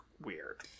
weird